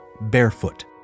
barefoot